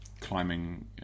climbing